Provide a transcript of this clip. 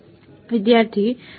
વિદ્યાર્થી minus sign